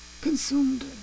consumed